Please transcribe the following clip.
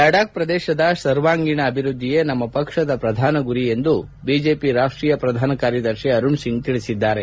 ಲಡಾಬ್ ಪ್ರದೇಶದ ಸರ್ವಾಂಗೀಣ ಅಭಿವೃದ್ಧಿಯೇ ನಮ್ಮ ಪಕ್ಷದ ಪ್ರಧಾನ ಗುರಿ ಎಂದು ಬಿಜೆಪಿ ರಾಷ್ಟೀಯ ಪ್ರಧಾನ ಕಾರ್ಯದರ್ಶಿ ಅರುಣ್ ಸಿಂಗ್ ಹೇಳಿದ್ದಾರೆ